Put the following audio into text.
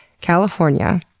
california